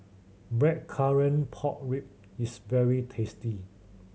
blackcurrant pork rib is very tasty